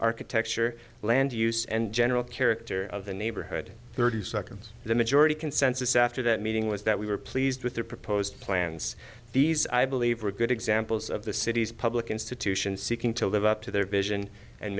architecture land use and general character of the neighborhood thirty seconds the majority consensus after that meeting was that we were pleased with the proposed plans these i believe are good examples of the city's public institutions seeking to live up to their vision and